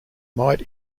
might